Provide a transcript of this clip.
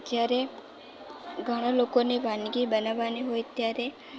જયારે ઘણાં લોકોની વાનગી બનાવવાની હોય ત્યારે